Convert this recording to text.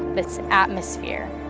this atmosphere,